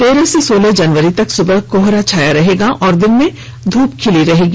तेरह से सोलह जनवरी तक सुबह कोहरा छाया रहेगा और दिन में धूप खिली रहेगी